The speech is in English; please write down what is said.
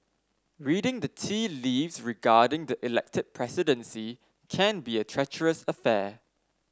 reading the tea leaves regarding the elected presidency can be a treacherous affair